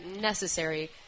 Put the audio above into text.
necessary